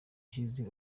ishize